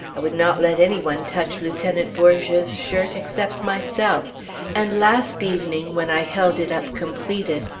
i would not let any one touch lieutenant bourge's shirt except myself and last evening, when i held it up completed,